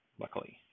luckily